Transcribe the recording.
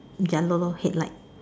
yellow lor headlight